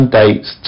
dates